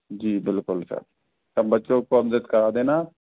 जी बिलकुल सर सब बच्चों को अवगत करा देना